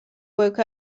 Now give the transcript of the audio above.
woke